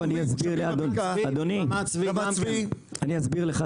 אדוני, אני אסביר לך.